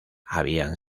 habían